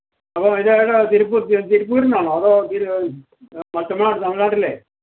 അപ്പം അതിന്റെ ഏതാണ് തിരുപ്പൂര് തിരുപ്പൂരിൽ നിന്നാണോ അതോ തീര് മച്ചമ്മാ തമിഴ്നാട്ടിലെ